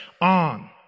on